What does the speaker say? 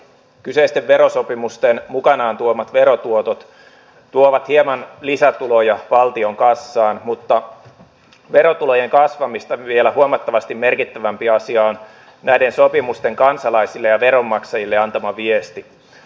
kyseisten verosopimusten mukanaan tuomat verotuotot tuovat hieman lisätuloja valtion kassaan mutta verotulojen kasvamista vielä huomattavasti merkittävämpi asia on näiden sopimusten kansalaisille ja veronmaksajille antama viesti